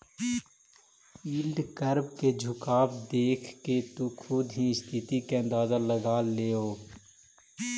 yield curve के झुकाव देखके तु खुद ही स्थिति के अंदाज लगा लेओ